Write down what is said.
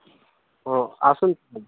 ହଉ ଆସନ୍ତୁ